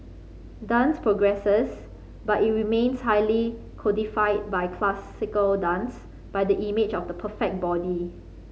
dance progresses but it remains highly codified by classical dance by the image of the perfect body